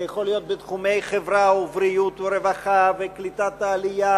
זה יכול להיות בתחומי חברה ובריאות ורווחה וקליטת עלייה